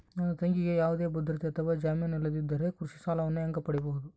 ನನ್ನ ತಂಗಿಗೆ ಯಾವುದೇ ಭದ್ರತೆ ಅಥವಾ ಜಾಮೇನು ಇಲ್ಲದಿದ್ದರೆ ಕೃಷಿ ಸಾಲವನ್ನು ಹೆಂಗ ಪಡಿಬಹುದು?